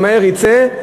ומהר יצא,